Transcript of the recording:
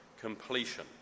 completion